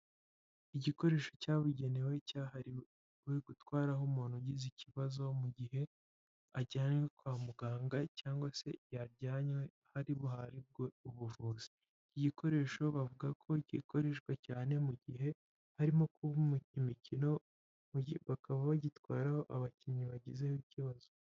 Igikoresho cyabugenewe cyahariwe gutwaraho umuntu ugize ikibazo mu gihe ajyanywe kwa muganga cyangwa se yajyanywe ahari buharibwe ubuvuzi, igikoresho bavuga ko gikoreshwa cyane mu gihe harimo kuba imikino bakaba bagitwaraho abakinnyi bagizeho ikibazo.